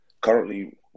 Currently